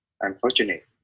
unfortunate